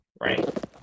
right